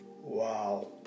Wow